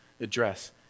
address